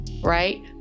right